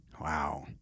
Wow